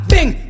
Bing